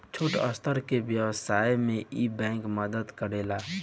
छोट स्तर के व्यवसाय में इ बैंक मदद करेला